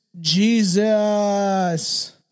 Jesus